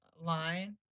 line